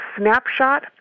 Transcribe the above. snapshot